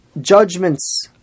judgments